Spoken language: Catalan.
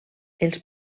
els